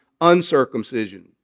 uncircumcision